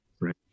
right